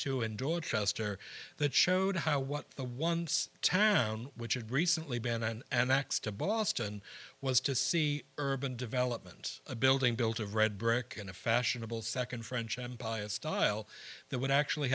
two and dorchester that showed how what the once town which had recently been an ax to boston was to see urban development a building built of red brick in a fashionable nd french empire style that would actually